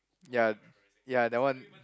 ya ya that one